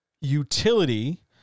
Utility